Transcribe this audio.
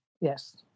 Yes